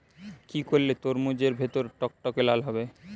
কি করলে তরমুজ এর ভেতর টকটকে লাল হবে?